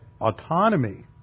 autonomy